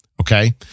Okay